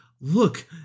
look